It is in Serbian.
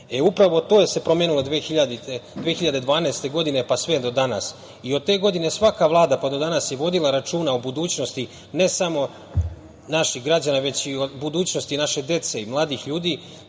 upravo to se promenilo od 2012. godine pa sve do danas, i od te godine svaka, pa do danas je vodila računa o budućnosti, ne samo naših građana, već i o budućnosti naše dece i mladih ljudi,